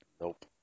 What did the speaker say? Nope